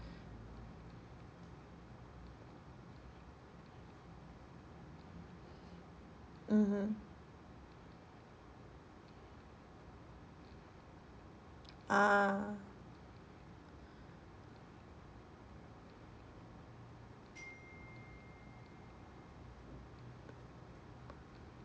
mmhmm ah